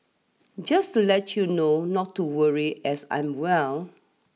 just to let you know not to worry as I'm well